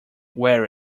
wear